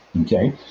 okay